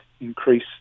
increase